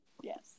Yes